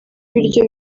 ibiryo